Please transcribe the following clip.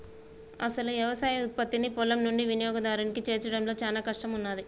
అసలు యవసాయ ఉత్పత్తిని పొలం నుండి వినియోగదారునికి చేర్చడంలో చానా కష్టం ఉన్నాది